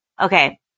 okay